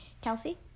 Kelsey